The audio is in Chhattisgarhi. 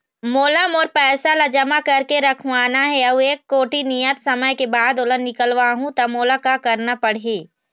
मोला मोर पैसा ला जमा करके रखवाना हे अऊ एक कोठी नियत समय के बाद ओला निकलवा हु ता मोला का करना पड़ही?